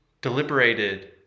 deliberated